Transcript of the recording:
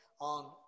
on